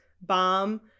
bomb